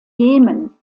jemen